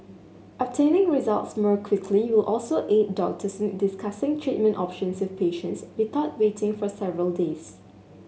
obtaining results more quickly will also aid doctors in discussing treatment options with patients without waiting for several days